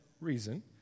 reason